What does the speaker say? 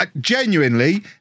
genuinely